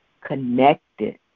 connected